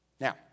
Now